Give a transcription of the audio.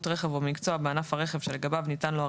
רכב או במקצוע בענף הרכב שלגביו ניתן לו הרישיון,